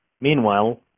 Meanwhile